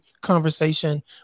conversation